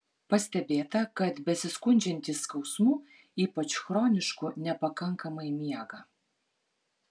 pastebėta kad besiskundžiantys skausmu ypač chronišku nepakankamai miega